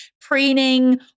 preening